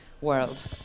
world